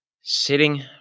sitting